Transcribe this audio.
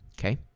Okay